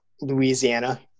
Louisiana